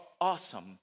awesome